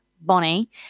bonnie